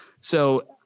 so-